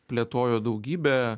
plėtojo daugybę